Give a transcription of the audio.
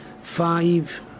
five